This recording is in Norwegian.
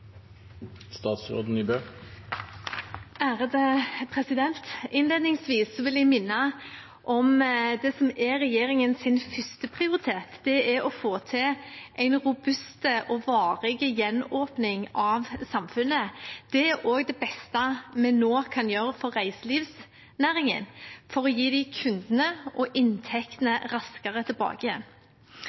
vil jeg minne om det som er regjeringens førsteprioritet, og det er å få til en robust og varig gjenåpning av samfunnet. Det er også det beste vi kan gjøre nå for reiselivsnæringen for å gi dem kundene og inntektene raskere tilbake